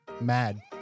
Mad